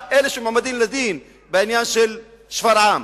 לאלה שמועמדים לדין בעניין של שפרעם.